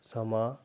ਸਮਾਂ